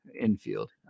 infield